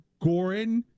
Goran